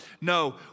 No